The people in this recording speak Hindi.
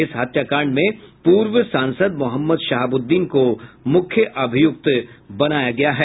इस हत्याकांड में पूर्व सांसद मोहम्मद शहाबुद्दीन को मुख्य अभियुक्त बनाया गया है